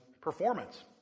performance